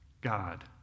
God